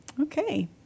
okay